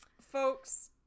folks